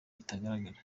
itagaragara